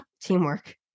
Teamwork